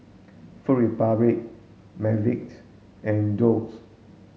Food Republic McVitie's and Doux